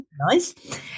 Nice